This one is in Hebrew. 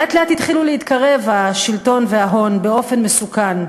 לאט-לאט התחילו להתקרב השלטון וההון באופן מסוכן,